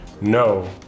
no